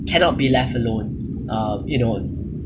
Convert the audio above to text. cannot be left alone uh you know